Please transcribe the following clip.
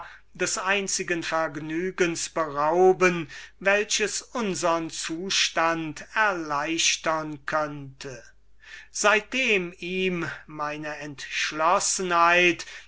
des einzigen vergnügens berauben das unsern zustand erleichtern könnte seitdem ihm meine entschlossenheit